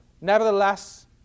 Nevertheless